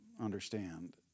understand